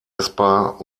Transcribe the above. essbar